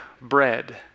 Bread